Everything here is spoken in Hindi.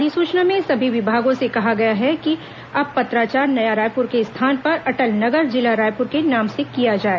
अधिसुचना में सभी विभागों से कहा गया है कि अब पत्राचार नया रायपुर के स्थान पर अटल नगर जिला रायपुर के नाम से किया जाए